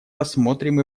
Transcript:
рассмотрим